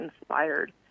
inspired